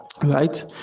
Right